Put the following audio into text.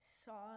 saw